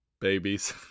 babies